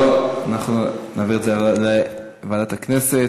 טוב, אנחנו נעביר את זה לוועדת הכנסת.